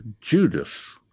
Judas